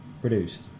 produced